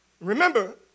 Remember